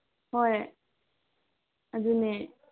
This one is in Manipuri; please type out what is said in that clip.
ꯍꯣꯏ ꯑꯗꯨꯅꯦ